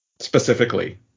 specifically